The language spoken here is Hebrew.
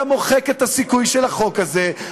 אתה מוחק את הסיכוי של החוק הזה,